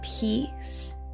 peace